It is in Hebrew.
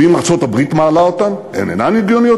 ואם ארצות-הברית מעלה אותן, הן אינן הגיוניות?